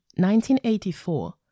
1984